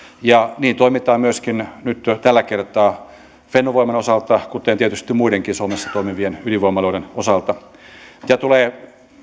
ja niin toimitaan myöskin nyt tällä kertaa fennovoiman osalta kuten tietysti muiden suomessa toimivien ydinvoimaloiden osalta mitä tulee